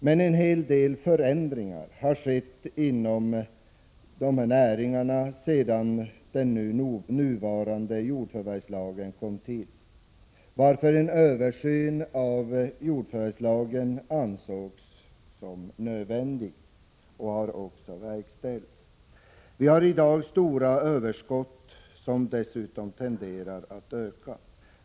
Men en hel del förändringar har skett inom dessa näringar sedan den nuvarande jordförvärvslagen kom till 1979, varför en översyn av jordförvärvslagen ansågs nödvändig och också har verkställts. Vi har i dag stora överskott, som dessutom tenderar att öka.